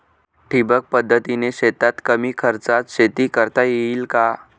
ठिबक पद्धतीने शेतात कमी खर्चात शेती करता येईल का?